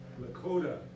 Lakota